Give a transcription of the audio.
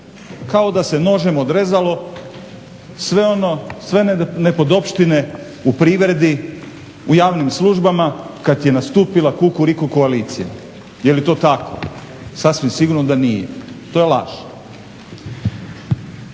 Kao da se nožem odrezalo sve ono, sve nepodopštine u privredi, u javnim službama kad je nastupila Kukuriku koalicija. Je li to tako, sasvim sigurno da nije, to je laž.